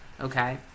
Okay